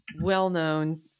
well-known